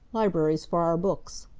libraries for our books.